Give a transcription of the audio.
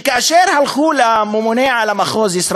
שכאשר הלכו לממונה על המחוז,